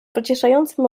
pocieszającym